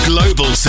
Global